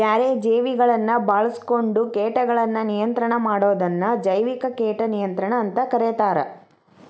ಬ್ಯಾರೆ ಜೇವಿಗಳನ್ನ ಬಾಳ್ಸ್ಕೊಂಡು ಕೇಟಗಳನ್ನ ನಿಯಂತ್ರಣ ಮಾಡೋದನ್ನ ಜೈವಿಕ ಕೇಟ ನಿಯಂತ್ರಣ ಅಂತ ಕರೇತಾರ